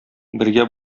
бергә